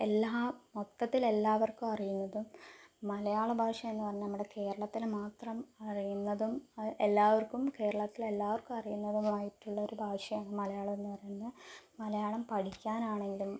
എല്ലാ മൊത്തത്തിൽ എല്ലാവർക്കും അറിയുന്നതും മലയാള ഭാഷ എന്ന് പറഞ്ഞാൽ നമ്മുടെ കേരളത്തില് മാത്രം അറിയുന്നതും എല്ലാവർക്കും കേരളത്തിലെല്ലാവർക്കും അറിയുന്നതുമായിട്ടുള്ള ഒരു ഭാഷയാണ് മലയാളം എന്ന് പറയുന്നത് മലയാളം പഠിക്കാനാണെങ്കിലും